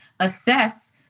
assess